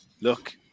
look